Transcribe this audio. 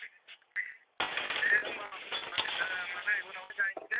दे होनबा बाजै मादै उनावहाय जाहैसै दे